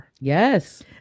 Yes